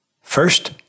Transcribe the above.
First